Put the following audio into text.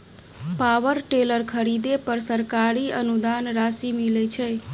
Power tiller खरीदे पर सरकारी अनुदान राशि मिलय छैय?